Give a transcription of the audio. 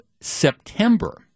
September